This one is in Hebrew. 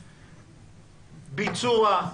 ביצוע,